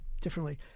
differently